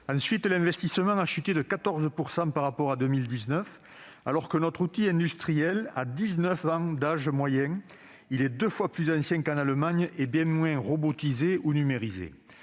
Ensuite, l'investissement a chuté de 14 % par rapport à 2019, alors que notre outil industriel a dix-neuf ans d'âge moyen. Il est deux fois plus ancien qu'en Allemagne, et bien moins robotisé et numérisé.